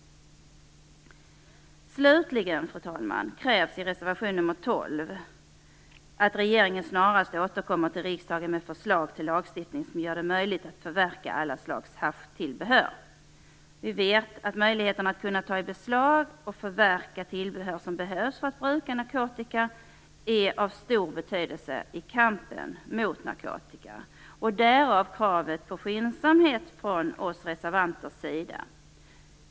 Fru talman! Slutligen krävs i reservation 12 att regeringen snarast kommer till riksdagen med förslag till lagstiftning som gör det möjligt att förverka alla slags haschtillbehör. Vi vet att möjligheterna att kunna ta i beslag och förverka tillbehör som behövs för att bruka narkotika är av stor betydelse i kampen mot narkotika. Därav kravet på skyndsamhet från oss reservanter.